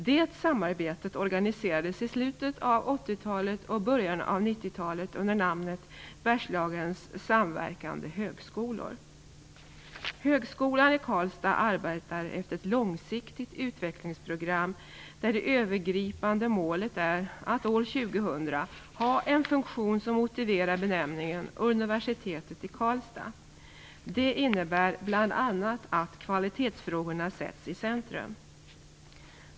Detta samarbete organiserades i slutet av 80-talet och i början av 90 Högskolan i Karlstad arbetar efter ett långsiktigt utvecklingsprogram, där det övergripande målet är att år 2000 ha en funktion som motiverar benämningen Universitetet i Karlstad. Det innebär bl.a. att kvalitetsfrågorna sätts i centrum.